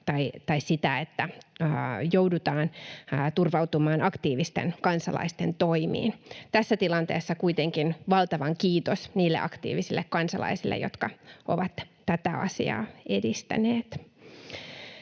tai sitä, että joudutaan turvautumaan aktiivisten kansalaisten toimiin. Tässä tilanteessa kuitenkin valtava kiitos niille aktiivisille kansalaisille, jotka ovat tätä asiaa edistäneet.